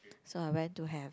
so I went to have